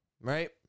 Right